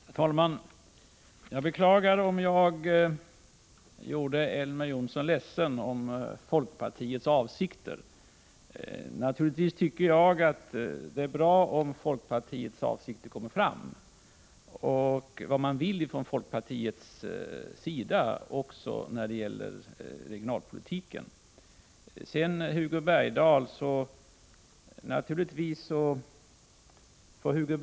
Herr talman! Jag beklagar om jag gjorde Elver Jonsson ledsen beträffande folkpartiets avsikter. Naturligtvis tycker jag att det är bra om folkpartiets avsikter och vad man vill från folkpartiets sida när det gäller regionalpolitiken kommer fram. Sedan till Hugo Bergdahl: Naturligtvis kan Hugo Bergdahl tala så mycket — Prot.